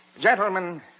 Gentlemen